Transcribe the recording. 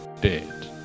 dead